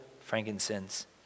frankincense